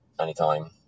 anytime